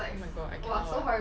oh my god I cannot